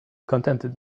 contented